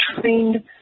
trained